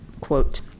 quote